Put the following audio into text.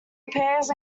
repairs